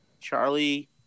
Charlie